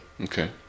okay